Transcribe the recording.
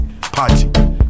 party